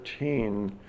13